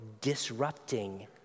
disrupting